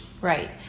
Right